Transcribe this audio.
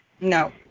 No